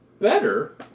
better